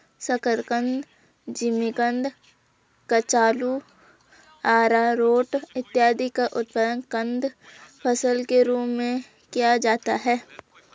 शकरकंद, जिमीकंद, कचालू, आरारोट इत्यादि का उत्पादन कंद फसल के रूप में किया जाता है